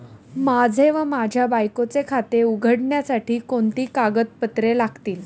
माझे व माझ्या बायकोचे खाते उघडण्यासाठी कोणती कागदपत्रे लागतील?